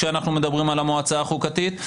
כשאנחנו מדברים על המועצה החוקתית,